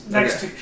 Next